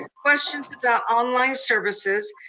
and questions about online services,